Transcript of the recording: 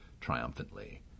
triumphantly